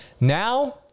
Now